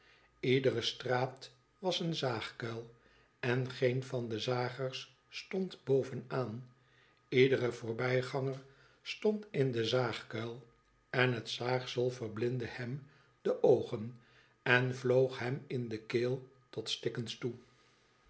ledere straat was een zaagkuil en geen van de zagers stond bovenaan iedere voorbijganger stond in den zaagkuil en het zaagsel verblindde hem de oogen en vloog hem in de keel tot stikkens toe